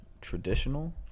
traditional